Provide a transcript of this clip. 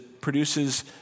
produces